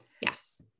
Yes